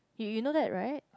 you you know that right